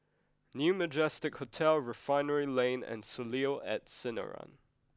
New Majestic Hotel Refinery Lane and Soleil at Sinaran